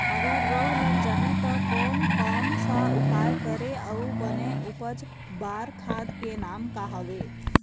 अगर रोग लग जाही ता कोन कौन सा उपाय करें अउ बने उपज बार खाद के नाम का हवे?